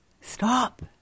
stop